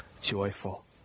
joyful